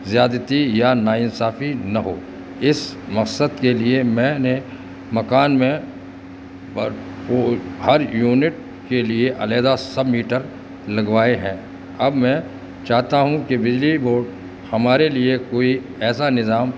زیادتی یا ناانصافی نہ ہو اس مقصد کے لیے میں نے مکان میں پر ہر یونٹ کے لیے علیحدہ سب میٹر لگوائے ہیں اب میں چاہتا ہوں کہ بجلی بورڈ ہمارے لیے کوئی ایسا نظام